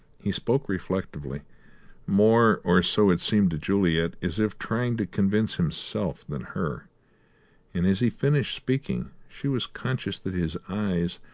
he spoke reflectively more, or so it seemed to juliet, as if trying to convince himself than her and as he finished speaking, she was conscious that his eyes,